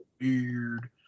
weird